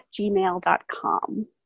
gmail.com